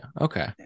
Okay